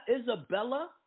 Isabella